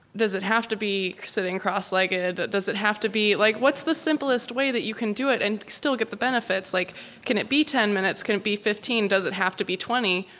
does it have to be sitting cross-legged? but does it have to be like what's the simplest way that you can do it and still get the benefits? like can it be ten minutes? can it be fifteen? does it have to be twenty?